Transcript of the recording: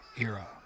era